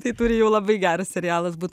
tai turi jau labai geras serialas būti